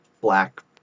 black